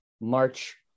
March